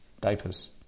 diapers